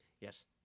Yes